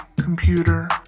computer